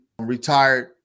retired